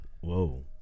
Whoa